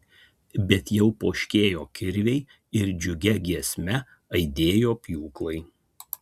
bet jau poškėjo kirviai ir džiugia giesme aidėjo pjūklai